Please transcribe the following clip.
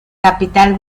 capital